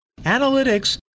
analytics